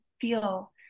feel